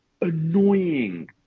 annoying